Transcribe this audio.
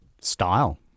Style